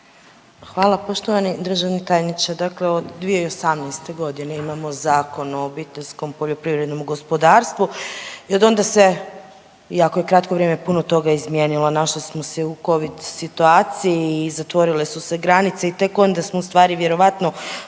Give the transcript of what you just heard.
Hvala. Poštovani državni tajniče, dakle od 2018. godine imamo Zakon o obiteljskom poljoprivrednom gospodarstvu i od onda se iako je kratko vrijeme puno toga izmijenilo. Naši smo se u Covid situaciji i zatvorile su se granice i tek onda smo u stvari vjerojatno